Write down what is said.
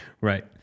Right